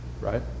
right